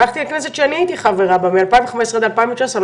הלכתי לכנסת שאני הייתי חברה בה ב-2015 וב-2019 אני